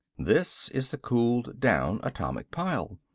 this is the cooled down atomic pile.